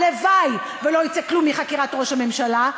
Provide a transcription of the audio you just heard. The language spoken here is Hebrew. הלוואי שלא יצא כלום מחקירת ראש הממשלה,